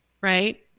right